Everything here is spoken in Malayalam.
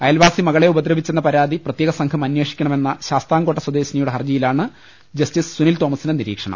അയൽവാസി മകളെ ഉപദ്രവിച്ചെന്ന പ്രാതി പ്രത്യേക സംഘം അന്വേഷിക്കണമെന്ന ശാസ്താംകോട്ട സ്വദേശിനിയുടെ ഹർജിയി ലാണ് ജസ്റ്റിസ് സുനിൽ തോമസിന്റെ നിരീക്ഷണം